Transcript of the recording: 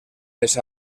les